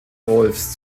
rohlfs